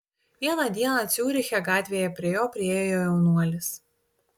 vieną dieną ciuriche gatvėje prie jo priėjo jaunuolis